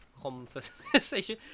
conversation